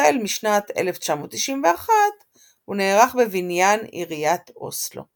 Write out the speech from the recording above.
והחל משנת 1991 הוא נערך בבניין עיריית אוסלו.